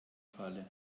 falle